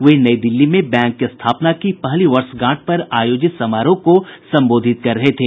वे नई दिल्ली में बैंक की स्थापना की पहली वर्षगांठ पर आयोजित समारोह में बोल रहे थे